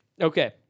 Okay